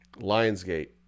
Lionsgate